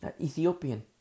Ethiopian